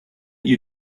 you